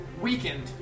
weakened